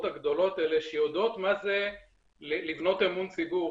הגדולות האלה שיודעות מה זה לבנות אמון ציבור,